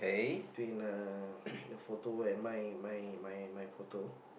between uh your photo and my my my my photo